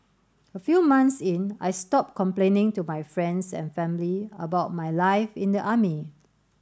a few months in I stopped complaining to my friends and family about my life in the army